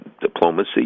diplomacy